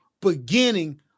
beginning